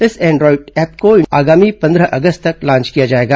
इस Android app को आगामी पंद्रह अगस्त तक लॉन्च किया जाएगा